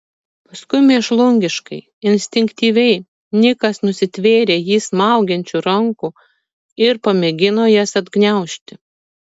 paskui mėšlungiškai instinktyviai nikas nusitvėrė jį smaugiančių rankų ir pamėgino jas atgniaužti